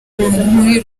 muri